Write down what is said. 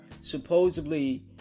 supposedly